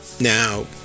Now